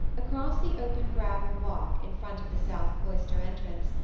across the open gravel walk, in front of the south cloister entrance,